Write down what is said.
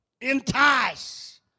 entice